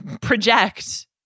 project